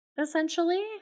essentially